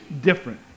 different